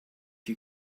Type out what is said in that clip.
you